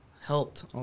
helped